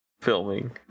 filming